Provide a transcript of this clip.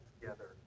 together